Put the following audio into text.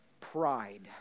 Pride